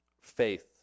faith